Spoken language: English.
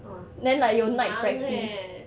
!wah! 忙 leh